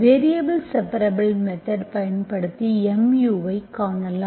variable separable method பயன்படுத்தி mu ஐ காணலாம்